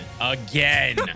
again